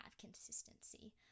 consistency